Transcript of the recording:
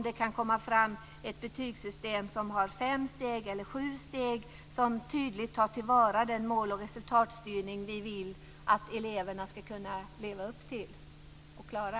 Det kan komma fram ett betygssystem som har fem steg eller sju steg som tydligt tar till vara den mål och resultatstyrning som vi vill att eleverna ska kunna leva upp till och klara.